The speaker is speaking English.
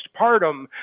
postpartum